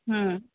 हम्म